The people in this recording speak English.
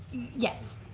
yes.